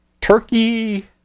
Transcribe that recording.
Turkey